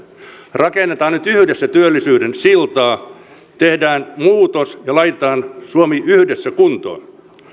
rakennetaan nyt yhdessä työllisyyden siltaa tehdään muutos ja laitetaan suomi yhdessä kuntoon